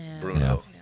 Bruno